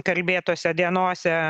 kalbėtuose dienose